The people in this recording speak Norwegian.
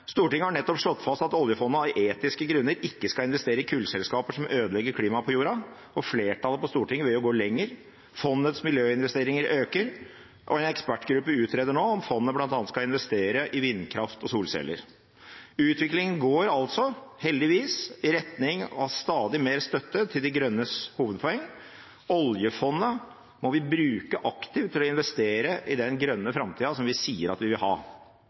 Stortinget har nettopp slått fast at oljefondet av etiske grunner ikke skal investere i kullselskaper som ødelegger klimaet på jorda. Og flertallet på Stortinget vil jo gå lenger. Fondets miljøinvesteringer øker, og en ekspertgruppe utreder nå om fondet bl.a. skal investere i vindkraft og solceller. Utviklingen går altså heldigvis i retning av stadig mer støtte til De Grønnes hovedpoeng: Oljefondet må vi bruke aktivt for å investere i den grønne framtida som vi sier at vi vil ha.